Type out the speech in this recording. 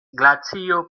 glacio